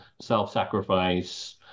self-sacrifice